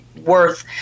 worth